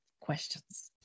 questions